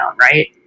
Right